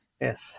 Yes